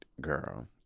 girl